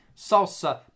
salsa